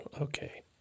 okay